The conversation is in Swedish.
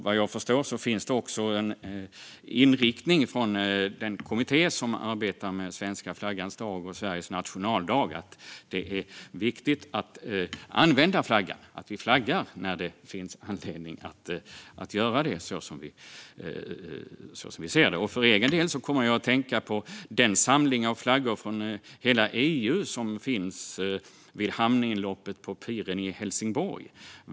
Vad jag förstår finns också en inriktning från den kommitté som arbetar med svenska flaggans dag och Sveriges nationaldag att det är viktigt att använda flaggan. Det är viktigt att vi flaggar när det finns anledning att göra det, som vi ser det. För egen del kommer jag att tänka på den samling av flaggor från hela EU som finns vid hamninloppet på piren i Helsingborg.